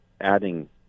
adding